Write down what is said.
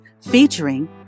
featuring